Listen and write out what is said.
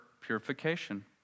purification